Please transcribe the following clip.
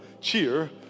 cheer